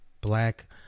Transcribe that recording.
black